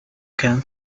can